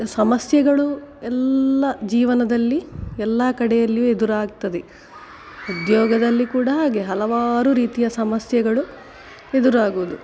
ಸಮಸ್ಯೆಗಳು ಎಲ್ಲ ಜೀವನದಲ್ಲಿ ಎಲ್ಲ ಕಡೆಯಲ್ಲಿಯೂ ಎದುರಾಗ್ತದೆ ಉದ್ಯೋಗದಲ್ಲಿ ಕೂಡ ಹಾಗೆ ಹಲವಾರು ರೀತಿಯ ಸಮಸ್ಯೆಗಳು ಎದುರಾಗುವುದು